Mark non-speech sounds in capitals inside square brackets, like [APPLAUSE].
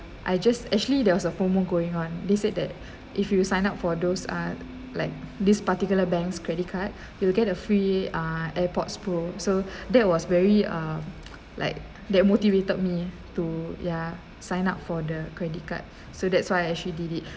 I just actually there was a promo going on they said that if you sign up for those uh like this particular banks credit card you will get a free ah airpods pro so [BREATH] that was very uh [NOISE] like that motivated me to ya sign up for the credit card so that's why I actually did it